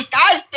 i